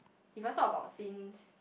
if I talk about since